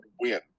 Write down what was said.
win